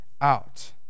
out